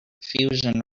fusion